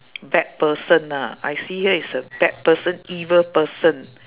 bad person ah I see here is a bad person evil person